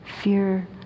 fear